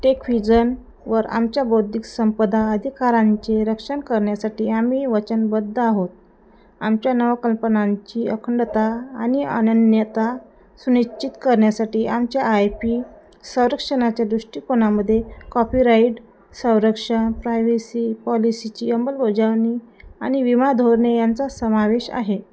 टेकव्हिजनवर आमच्या बौद्धिक संपदा अधिकारांचे रक्षण करण्यासाठी आम्ही वचनबद्ध आहोत आमच्या नवकल्पनांची अखंडता आणि अनन्यता सुनिश्चित करण्यासाठी आमच्या आय पी संरक्षणाच्या दृष्टिकोनामध्ये कॉपीराईट संरक्षण प्रायवेसी पॉलिसीची अंमलबजावणी आणि विमा धोरणे यांचा समावेश आहे